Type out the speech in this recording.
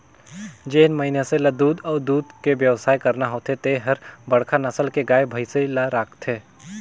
जेन मइनसे ल दूद अउ दूद के बेवसाय करना होथे ते हर बड़खा नसल के गाय, भइसी ल राखथे